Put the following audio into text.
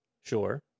Sure